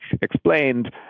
explained